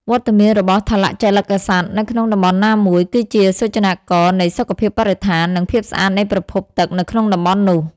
វត្តមានរបស់ថលជលិកសត្វនៅក្នុងតំបន់ណាមួយ គឺជាសូចនាករនៃសុខភាពបរិស្ថាន និងភាពស្អាតនៃប្រភពទឹកនៅក្នុងតំបន់នោះ។